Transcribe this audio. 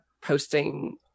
posting